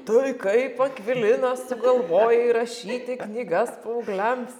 tai kaip akvilinai sugalvojai rašyti knygas paaugliams